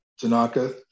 Tanaka